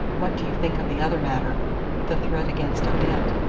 what do you think of the other matter the threat against odette?